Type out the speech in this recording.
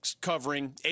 covering